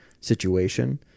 situation